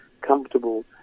comfortable